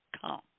come